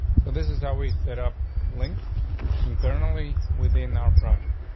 so this is how we set up links internally within our project.